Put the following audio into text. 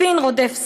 ספין רודף ספין,